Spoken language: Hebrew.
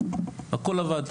הכול עבד.